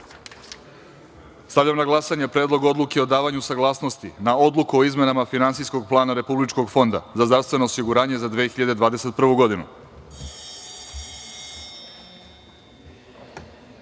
odluke. Stavljam na glasanje Predlog odluke o davanju saglasnosti na Odluku o izmenama Finansijskog plana Republičkog fonda za zdravstveno osiguranje za 2021.